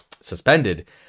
suspended